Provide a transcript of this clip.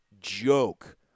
joke